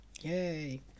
Yay